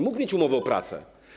Mógł mieć umowę o pracę.